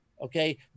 Okay